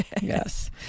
Yes